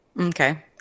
Okay